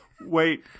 Wait